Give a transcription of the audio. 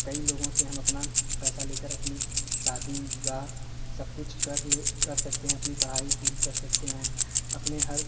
कई लोगों से हम अपना पैसा ले कर अपनी शादी विवाह सब कुछ कर ले कर सकते हैं अपनी पढ़ाई पूरी कर सकते हैं अपने हर